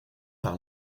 par